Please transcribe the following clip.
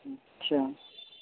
अच्छा